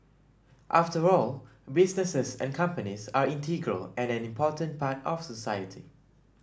after all businesses and companies are integral and an important part of society